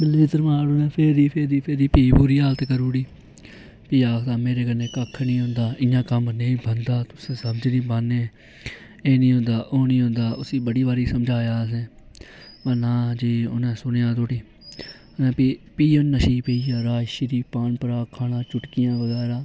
बिल्ले गी धरमाड़ उ'नें फेरी फेरी फेरी भी बुरी हालत करी ओड़ी भी आखदा मेरे कन्नै कक्ख निं होंदा इ'यां कम्म नेईं बनदा तुसें समझ निं पान्नै एह् निं होंदा ओह् निं होंदा उस्सी बड़ी बारी समझाया असें मगर ना जी उ'न्नै सुनेआ थोह्ड़ी ते भी भी ओह् नशें च पेई गेआ राजश्री पान पराग खाना चुटकियां बगैरा